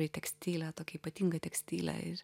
tekstile tokia ypatinga tekstile ir